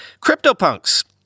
CryptoPunks